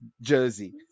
Jersey